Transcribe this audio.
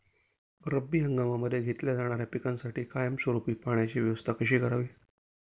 रब्बी हंगामामध्ये घेतल्या जाणाऱ्या पिकांसाठी कायमस्वरूपी पाण्याची व्यवस्था कशी करावी?